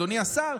אדוני השר,